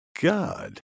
God